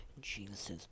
Jesus